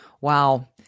Wow